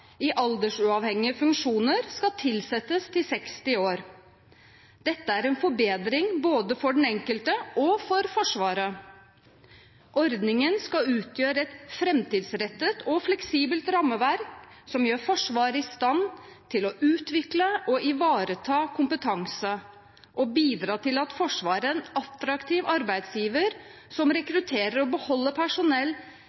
i aldersuavhengige funksjoner skal tilsettes til 60 år. Dette er en forbedring både for den enkelte og for Forsvaret. Ordningen skal utgjøre et framtidsrettet og fleksibelt rammeverk, som gjør Forsvaret i stand til å utvikle og ivareta kompetanse og bidra til at Forsvaret er en attraktiv arbeidsgiver som rekrutterer og beholder personell